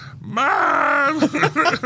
Mom